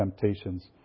temptations